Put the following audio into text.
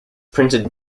printed